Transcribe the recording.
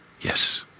Yes